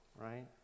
right